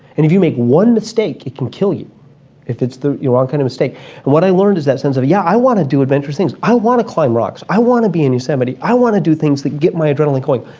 if you make one mistake it can kill you if it's the wrong kind of mistake, and what i learned is that sense of, yeah, i want to do adventurous things, i want to climb rocks, i want to be in yosemite, i want to do things that get my adrenaline going,